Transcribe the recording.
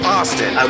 Austin